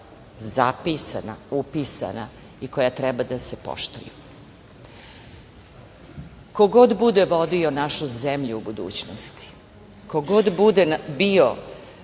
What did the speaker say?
zapisana, upisana i koja treba da se poštuju. Ko god bude vodio našu zemlju u budućnosti, ko god bude bio